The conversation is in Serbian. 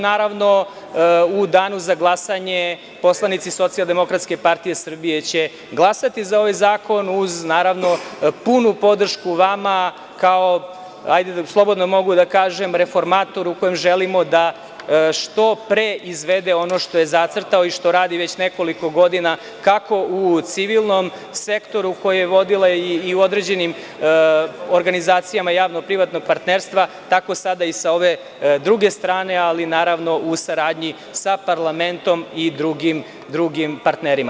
Naravno, u danu za glasanje poslanici Socijaldemokratske partije Srbije će glasati za ovaj zakon, uz naravno punu podršku vama kao, slobodno mogu da kažem, reformatoru kojem želimo da što pre izvede ono što je zacrtao i što radi već nekoliko godina, kako u civilnom sektoru koji je vodila i u određenim organizacijama javnog privatnog partnerstva, tako sada i sa ove druge strane, ali naravno u saradnji sa parlamentom i drugim partnerima.